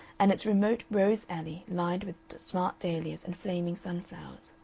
and its remote rose alley lined with smart dahlias and flaming sunflowers.